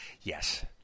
Yes